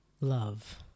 Love